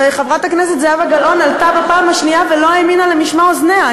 חברת הכנסת זהבה גלאון עלתה בפעם השנייה ולא האמינה למשמע אוזניה.